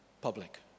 public